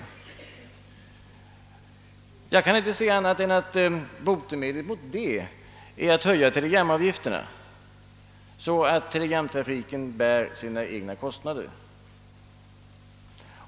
Jag kan inte se annat än att botemedlet mot detta är att höja telegramavgifterna så, att telegramtrafiken bär sina egna kostnader.